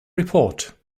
report